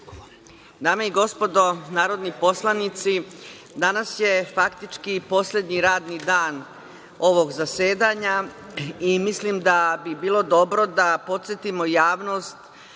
Dame i gospodo narodni poslanici, danas je faktički poslednji radni dan ovog zasedanja i mislim da bi bilo dobro da podsetimo javnost